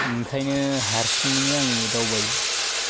ओंखायनो हारसिङैनो आङो दावबायो